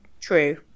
True